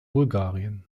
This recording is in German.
bulgarien